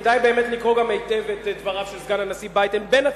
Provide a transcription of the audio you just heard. כדאי באמת לקרוא גם היטב את דבריו של סגן הנשיא ביידן בין הציטוטים,